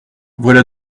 voilà